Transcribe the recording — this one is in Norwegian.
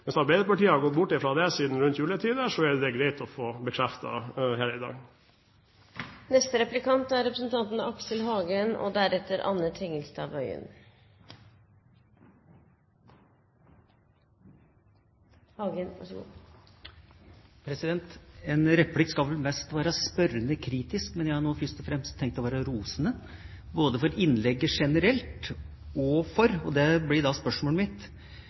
Arbeiderpartiet har gått bort fra det siden rundt juletider, er det greit å få bekreftet her i dag. En replikk skal vel mest være spørrende kritisk, men jeg har nå først og fremst tenkt å være rosende, både i forhold til innlegget generelt og i forhold til – og det blir da spørsmålet mitt